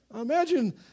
imagine